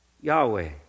Yahweh